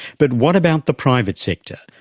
but what about the private sector,